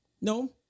No